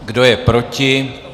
Kdo je proti?